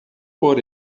por